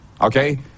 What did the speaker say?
okay